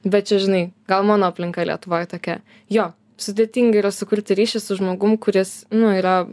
bet čia žinai gal mano aplinka lietuvoj tokia jo sudėtinga yra sukurti ryšį su žmogum kuris nu yra